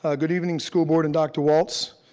ah good evening school board and dr. waltz.